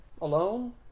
Alone